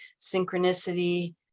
synchronicity